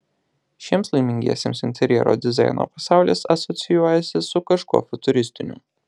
šiems laimingiesiems interjero dizaino pasaulis asocijuojasi su kažkuo futuristiniu